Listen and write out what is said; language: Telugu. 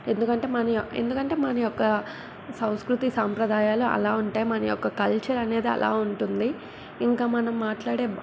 ఎందుకంటే మనయొ ఎందుకంటే మన యొక్క సంస్కృతి సాంప్రదాయాలు అలా ఉంటాయి మన యొక్క కల్చర్ అనేది అలా ఉంటుంది ఇంకా మనం మాట్లాడే